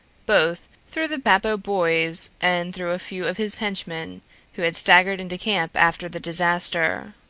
both through the bappo boys and through a few of his henchmen who had staggered into camp after the disaster.